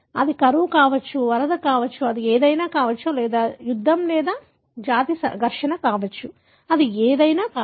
అది కరువు కావచ్చు వరద కావచ్చు అది ఏదైనా కావచ్చు లేదా యుద్ధం లేదా జాతి ఘర్షణ కావచ్చు అది ఏదైనా కావచ్చు